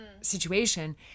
situation